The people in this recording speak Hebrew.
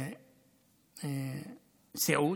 סיעוד.